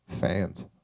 fans